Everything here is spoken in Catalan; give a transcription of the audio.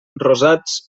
rosats